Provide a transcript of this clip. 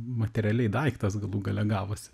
materialiai daiktas galų gale gavosi